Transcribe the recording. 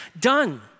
done